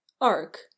Arc